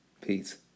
Peace